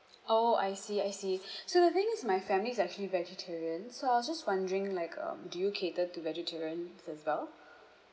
oh I see I see so the thing is my family is actually vegetarian so I was just wondering like um do you cater to vegetarians as well